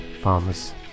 farmers